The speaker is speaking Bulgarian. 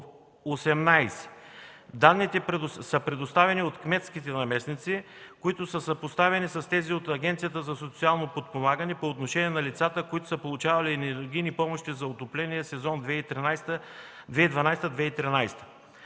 18. Данните са предоставени от кметските наместници и са съпоставени с тези от Агенцията за социално подпомагане по отношение на лицата, които са получавали енергийни помощи за отопление, сезон 2012-2013